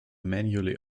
manually